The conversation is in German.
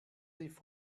lief